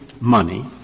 money-